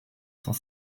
cent